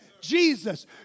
Jesus